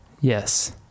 Yes